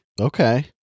Okay